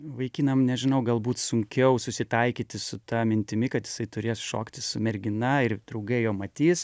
vaikinam nežinau galbūt sunkiau susitaikyti su ta mintimi kad jisai turės šokti su mergina ir draugai jo matys